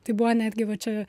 tai buvo netgi va čia